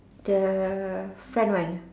the front one